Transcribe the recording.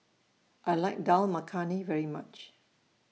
I like Dal Makhani very much